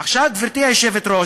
עכשיו, גברתי היושבת-ראש,